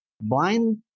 blind